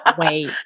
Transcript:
Wait